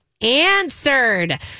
answered